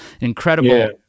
incredible